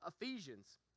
Ephesians